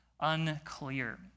unclear